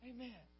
Amen